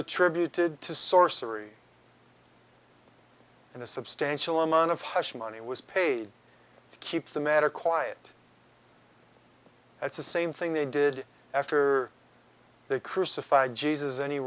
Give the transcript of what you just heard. attributed to sorcery and a substantial amount of hush money was paid to keep the matter quiet that's the same thing they did after they crucified jesus any